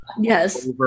yes